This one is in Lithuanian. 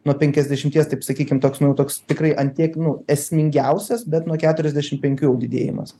nuo penkiasdešimties taip sakykim toks nu toks tikrai an tiek nu esmingiausias bet nuo keturiasdešim penkių jau didėjimas